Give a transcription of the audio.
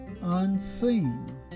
unseen